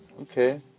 Okay